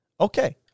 Okay